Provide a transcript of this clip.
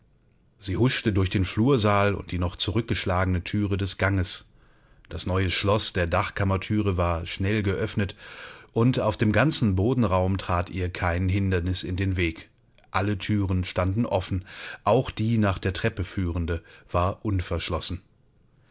sie huschte durch den flursaal und die noch zurückgeschlagene thüre des ganges das neue schloß der dachkammerthüre war schnell geöffnet und auf dem ganzen bodenraum trat ihr kein hindernis in den weg alle thüren standen offen auch die nach der treppe führende war unverschlossen